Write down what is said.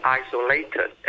isolated